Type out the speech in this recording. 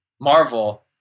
Marvel